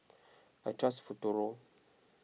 I trust Futuro